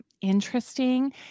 interesting